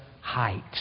height